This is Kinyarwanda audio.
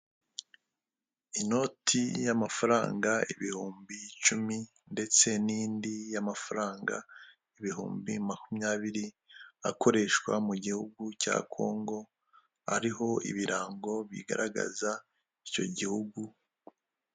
Inoti y'amafaranga ibihumbi icumi ndetse n'indi y'amafaranga ibihumbi makumyabiri akoreshwa mu gihugu cya Kongo ariho ibirango bigaragaza icyo gihugu.